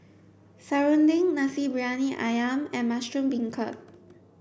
Serunding Nasi Briyani Ayam and mushroom beancurd